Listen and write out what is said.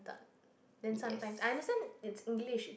~ted then sometimes I understand it's English